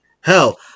Hell